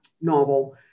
novel